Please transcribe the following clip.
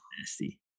nasty